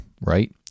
right